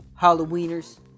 Halloweeners